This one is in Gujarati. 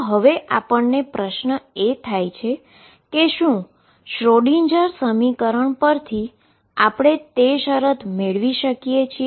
તો હવે આપણને એ પ્રશ્ન થાય છે કે શું શ્રોડિંજરSchrödinger સમીકરણ પરથી આપણે તે શરત મેળવી શકીએ છીએ